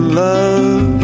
love